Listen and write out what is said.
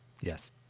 yes